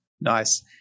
Nice